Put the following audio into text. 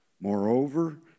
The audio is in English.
Moreover